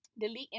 Delete